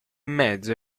mezzo